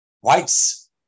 Whites